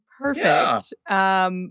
Perfect